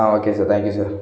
ah okay sir thank you sir